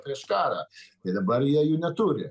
prieš karą tai dabar jie jų neturi